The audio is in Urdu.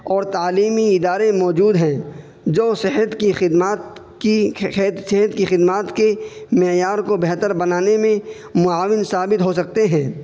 اور تعلیمی ادارے موجود ہیں جو صحت کی خدمات کی صحت کی خدمات کی معیار کو بہتر بنانے میں معاون ثابت ہو سکتے ہیں